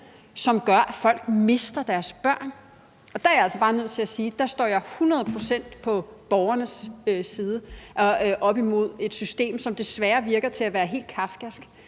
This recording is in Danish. der gør, at folk mister deres børn. Og der er jeg altså bare nødt til at sige, at der står jeg hundrede procent på borgernes side; de er oppe imod et system, som desværre lader til at være helt kafkask